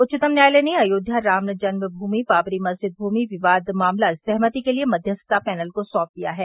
उच्चतम न्यायालय ने अयोध्या राम जन्ममूमि बाबरी मस्जिद भूमि विवाद मामला सहमति के लिए मध्यस्थता पैनल को सौंप दिया है